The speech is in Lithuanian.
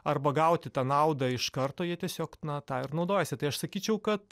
arba gauti tą naudą iš karto jie tiesiog na tą ir naudojasi tai aš sakyčiau kad